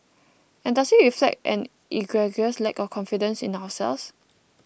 and does it reflect an egregious lack of confidence in ourselves